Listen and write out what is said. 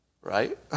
right